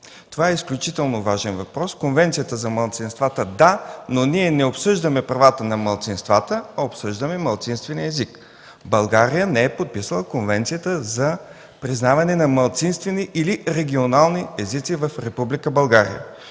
Това е изключително важен въпрос. Конвенцията за малцинствата – да, но ние не обсъждаме правата на малцинствата, а обсъждаме малцинствения език. България не е подписала Конвенцията за признаване на малцинствени или регионални езици в Република България.